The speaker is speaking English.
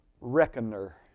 reckoner